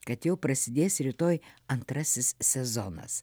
kad jau prasidės rytoj antrasis sezonas